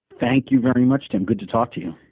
thank you very much, tim. good to talk to you.